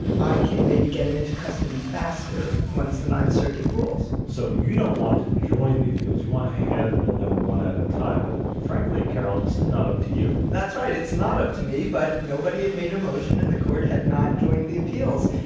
i can maybe get him into custody faster once the ninth circuit rules. so, you don't want to join the appeals. you want to handle them one at a time. but frankly, carol, this is not up to you. that's right. it's not up to me. but nobody had made a motion in the court had not joined the appeals.